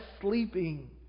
sleeping